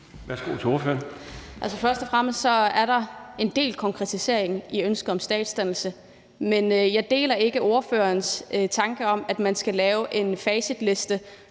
(SIU): Altså, først og fremmest er der en del konkretisering i ønsket om statsdannelse, men jeg deler ikke ordførerens tanker om, at man skal lave en facitliste